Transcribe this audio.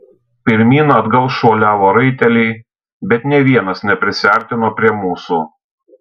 pirmyn atgal šuoliavo raiteliai bet nė vienas neprisiartino prie mūsų